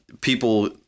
People